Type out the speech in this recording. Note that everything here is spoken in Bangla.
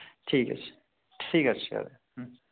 ঠিক আছে ঠিক আছে তাহলে